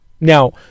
Now